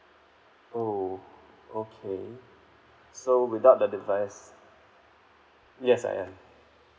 oh okay so without the device yes I am